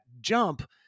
jump